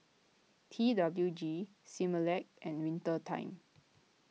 T W G Similac and Winter Time